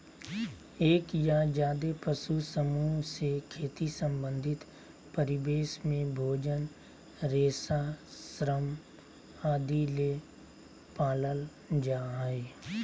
एक या ज्यादे पशु समूह से खेती संबंधित परिवेश में भोजन, रेशा, श्रम आदि ले पालल जा हई